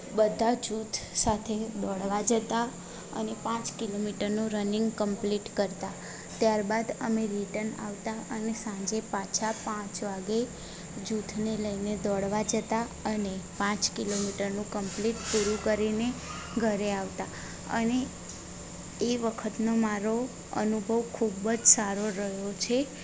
બધા જૂથ સાથે દોડવા જતા અને પાંચ કિલોમીટરનું રનિંગ કમ્પલેટ કરતા ત્યારબાદ અમે રીટન આવતા અને સાંજે પાછા પાંચ વાગે જૂથને લઈને દોડવા જતા અને પાંચ કિલોમીટરનું કમ્પલેટ પૂરું કરીને ઘરે આવતા અને એ વખતનો મારો અનુભવ ખૂબ જ સારો રહ્યો છે